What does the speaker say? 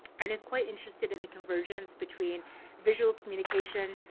and is quite interested in the convergence between visual communication,